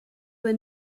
were